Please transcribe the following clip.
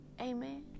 Amen